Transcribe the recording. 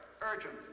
Urgent